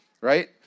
Right